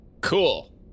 Cool